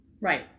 Right